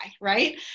right